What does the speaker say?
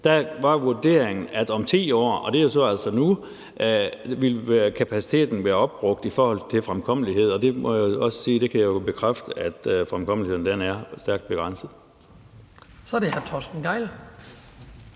siden var vurderingen, at om 10 år, og det er jo altså nu, ville kapaciteten være opbrugt i forhold til fremkommelighed, og jeg må også sige, at jeg kan bekræfte, at fremkommeligheden er stærkt begrænset. Kl. 18:46 Den fg.